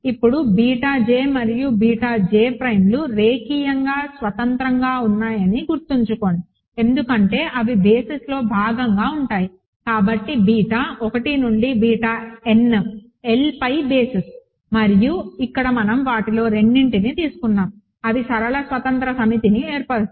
ఇప్పుడు beta j మరియు beta j ప్రైమ్లు రేఖీయంగా స్వతంత్రంగా ఉన్నాయని గుర్తుంచుకోండి ఎందుకంటే అవి బేసిస్లో భాగంగా ఉంటాయి కాబట్టి బీటా 1 నుండి బీటా n L పై బేసిస్ మరియు ఇక్కడ మనం వాటిలో రెండింటిని తీసుకుంటాము అవి సరళ స్వతంత్ర సమితిని ఏర్పరుస్తాయి